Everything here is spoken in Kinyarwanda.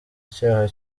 icyaha